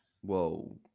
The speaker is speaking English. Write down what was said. Whoa